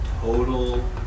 total